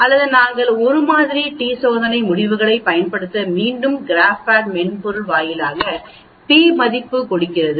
அல்லது நாங்கள் 1 மாதிரி t சோதனை முடிவுகளைப் பயன்படுத்த மீண்டும் கிராப்பேட் மென்பொருள்வாயிலாக p மதிப்பு கொடுக்கிறது